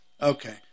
Okay